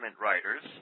writers